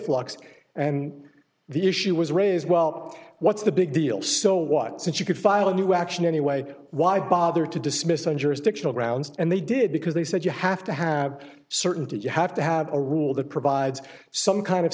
flux and the issue was raised well what's the big deal so what's it you could file a new action anyway why bother to dismiss on jurisdictional grounds and they did because they said you have to have certainty you have to have a rule that provides some kind of